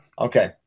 Okay